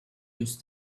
used